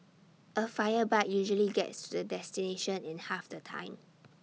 A fire bike usually gets to the destination in half the time